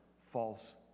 false